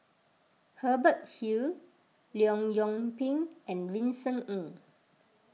Hubert Hill Leong Yoon Pin and Vincent Ng